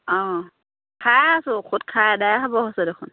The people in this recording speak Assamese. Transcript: অঁ খাই আছো ঔষধ খাই আদায় হ'ব হৈছে দেখোন